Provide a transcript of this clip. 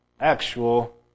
actual